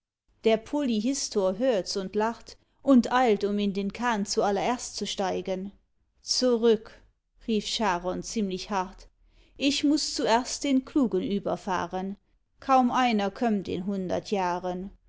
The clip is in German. der polyhistor hörts und lacht und eilt um in den kahn zuallererst zu steigen zurück rief charon ziemlich hart ich muß zuerst den klugen überfahren kaum einer kömmt in hundert jahren